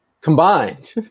Combined